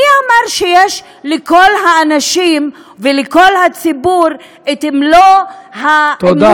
מי אמר שיש לכל האנשים ולכל הציבור את מלוא, תודה.